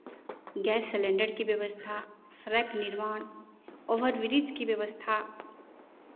gas cylinder की व्यवस्था सड़क निर्माण ओवर ब्रिज की व्यवस्था